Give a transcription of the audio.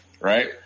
right